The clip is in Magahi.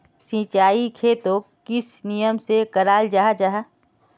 सिंचाई खेतोक किस नियम से कराल जाहा जाहा?